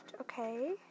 Okay